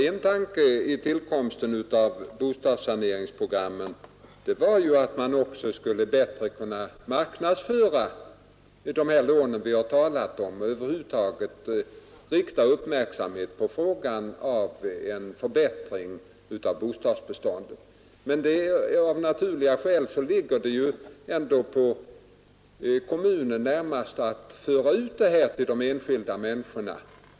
En tanke vid tillkomsten av bostadssaneringsprogrammen var ju att man också skulle bättre kunna marknadsföra de lån som vi har talat om och över huvud taget rikta uppmärksamheten på frågan om en förbättring av bostadsbestånden. Men av naturliga skäl ankommer det närmast på kommunen att föra ut detta till de enskilda människorna.